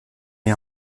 est